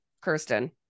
Kirsten